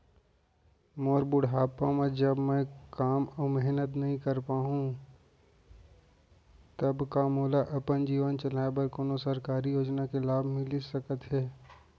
मोर बुढ़ापा मा जब मैं काम अऊ मेहनत नई कर पाहू तब का मोला अपन जीवन चलाए बर कोनो सरकारी योजना के लाभ मिलिस सकत हे?